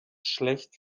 schlecht